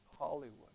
Hollywood